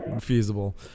Feasible